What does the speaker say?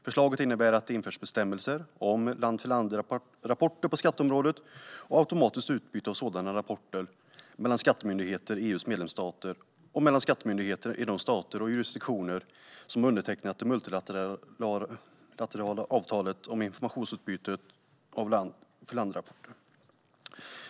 Förslaget innebär att det införs bestämmelser om land-för-land-rapporter på skatteområdet och automatiskt utbyte av sådana rapporter mellan skattemyndigheter i EU:s medlemsstater och mellan skattemyndigheter i de stater och jurisdiktioner som har undertecknat det multilaterala avtalet om informationsutbyte av land-för-land-rapporter.